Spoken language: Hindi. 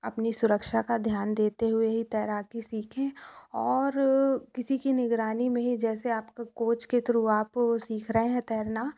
अपनी सुरक्षा का ध्यान देते हुए ही तैराकी सीखें और किसी की निगरानी में ही जैसे आपको कोच के थ्रू आप सीख रहे हैं तैरना